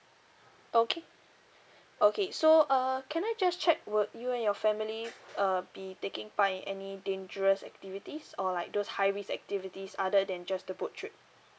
okay okay so uh can I just check would you and your family uh be taking by any part in any dangerous activities or like those high risk activities other than just the boat trip